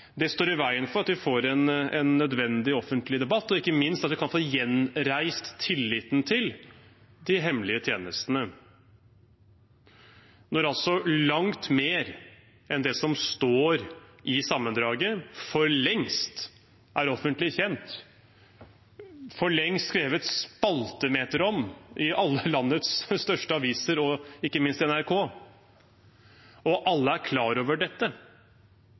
står i veien for at vi får en nødvendig offentlig debatt, og ikke minst at vi kan få gjenreist tilliten til de hemmelige tjenestene. Når langt mer enn det som står i sammendraget, for lengst er offentlig kjent – for lengst skrevet spaltemetere om i alle landets største aviser og ikke minst NRK – og alle er klar over dette,